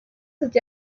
such